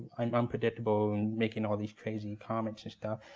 i'm unpredictable and making all these crazy comments and stuff.